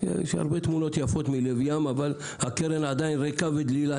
יש הרבה תמונות יפות מלב ים אבל הקרן עדיין ריקה ודלילה,